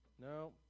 No